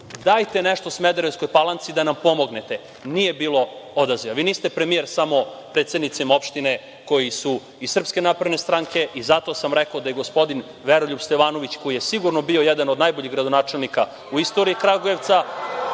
Dajte nešto Smederevskoj Palanci da nam pomognete. Nije bilo odaziva. Vi niste premijer samo predsednicima opštine koji su iz SNS i zato sam rekao da je gospodin Veroljub Stevanović, koji je sigurno bio jedan od najboljih gradonačelnika u istoriji Kragujevca,